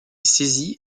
saisi